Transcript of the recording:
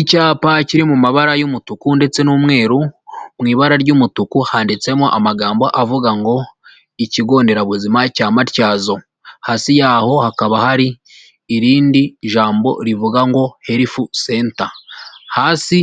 Icyapa kiri mu mabara y'umutuku ndetse n'umweru, mu ibara ry'umutuku handitsemo amagambo avuga ngo ikigonderabuzima cya Matyazo. Hasi yaho hakaba hari irindi jambo rivuga ngo health center, hasi